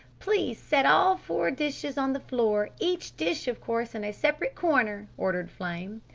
please set all four dishes on the floor each dish, of course, in a separate corner, ordered flame.